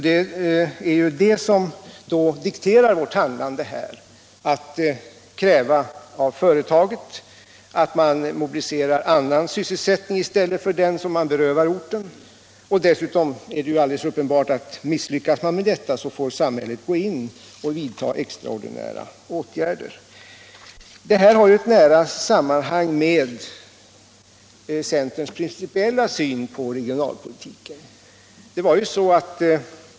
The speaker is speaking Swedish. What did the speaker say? Det är det som dikterar vårt handlande här. Vi kräver av företaget att man mobiliserar annan sysselsättning i stället för den som man berövar orten. Misslyckas man med detta får uppenbarligen samhället gå in och vidta extraordinära åtgärder. Det här har ett nära samband med centerns principiella syn på regionalpolitiken.